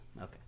Okay